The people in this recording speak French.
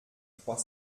trois